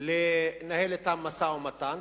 לנהל אתם משא-ומתן.